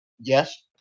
Yes